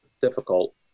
difficult